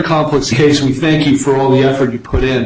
complex case we think for all the effort you put in